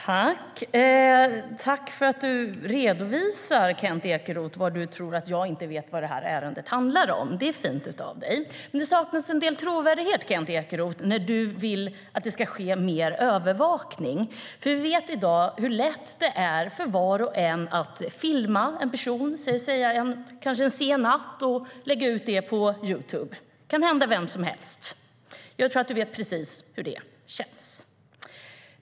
Herr talman! Tack för att du, Kent Ekeroth, redovisar vad du tror att jag inte vet om vad ärendet handlar om. Det är fint av dig. Men det saknas en del trovärdighet, Kent Ekeroth, när du vill att det ska ske mer övervakning. Vi vet i dag hur lätt det är för var och en att filma en person, kanske en sen natt, och lägga ut filmen på Youtube. Det kan hända vem som helst. Jag tror att du vet precis hur det känns.